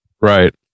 Right